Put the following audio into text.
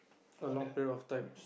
a long period of times